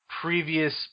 previous